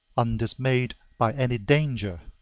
undismayed by any danger.